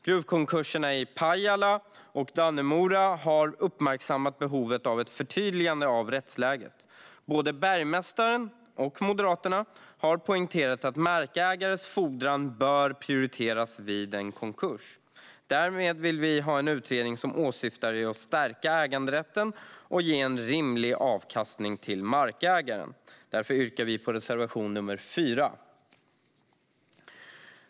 Gruvkonkurserna i Pajala och Dannemora har uppmärksammat behovet av ett förtydligande av rättsläget. Både bergmästaren och Moderaterna har poängterat att markägares fordran bör prioriteras vid en konkurs. Därmed vill vi ha en utredning som syftar till att stärka äganderätten och ge en rimlig avkastning till markägaren. Därför yrkar vi bifall till reservation 6.